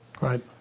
Right